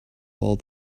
all